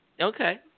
Okay